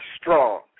strong